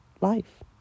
life